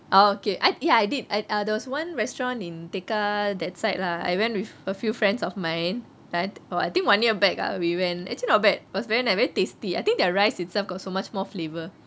oh okay I ya I did there was one restaurant in tekka that side lah I went with a few friends of mine that or I think one year back ah we went actually not bad was very nice very tasty I think their rice itself got so much more flavour